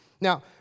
Now